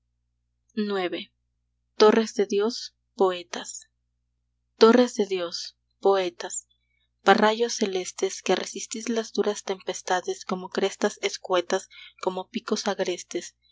falta una cosa dios ix torres de dios poetas parrayos celestes que resistís las duras tempestades como crestas escuetas como picos agrestes